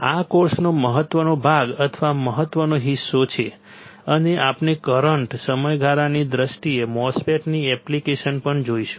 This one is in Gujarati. આ કોર્સનો મહત્વનો ભાગ અથવા મહત્વનો હિસ્સો છે અને આપણે કરંટ સમયગાળાની દ્રષ્ટિએ MOSFET ની એપ્લિકેશન પણ જોઈશું